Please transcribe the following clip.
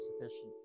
sufficient